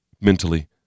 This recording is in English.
mentally